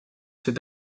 ses